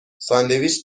ساندویچ